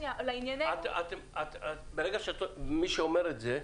מי שאומר את זה,